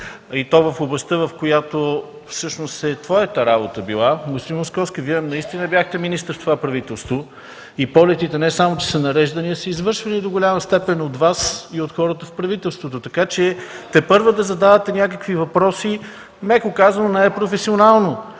точно в областта, където всъщност е била твоята работа. Господин Московски, Вие наистина бяхте министър в това правителство. И полетите не само са нареждани, но са извършвани до голяма степен от Вас и от хората в правителството. Тепърва да задавате някакви въпроси, меко казано, е непрофесионално.